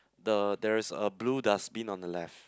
the there is a blue dustbin on the left